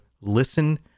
Listen